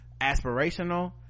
aspirational